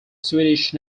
swedish